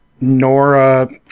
Nora